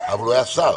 אבל הוא כיהן כשר,